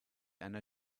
einer